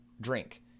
drink